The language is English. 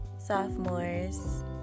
sophomores